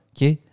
Okay